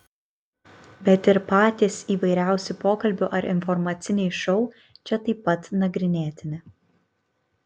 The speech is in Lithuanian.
bet ir patys įvairiausi pokalbių ar informaciniai šou čia taip pat nagrinėtini